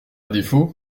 défaut